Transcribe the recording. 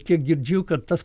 kiek girdžiu kad tas